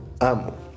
Amo